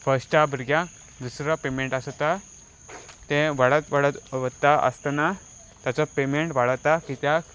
फस्टा भुरग्यांक दुसरो पेमेंट आसता तें वाडत वाडत वता आसतना ताचो पेमेंट वाडता कित्याक